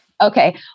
Okay